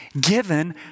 given